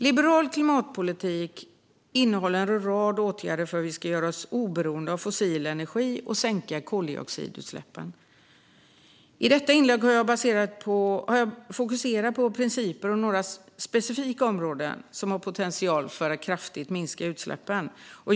Liberal klimatpolitik innehåller en rad åtgärder för att vi ska göra oss oberoende av fossil energi och sänka koldioxidutsläppen. I detta inlägg har jag fokuserat på principer och några specifika områden som har potential när det gäller att kraftigt minska utsläppen.